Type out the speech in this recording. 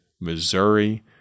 Missouri